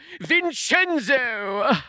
Vincenzo